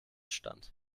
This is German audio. stand